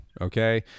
okay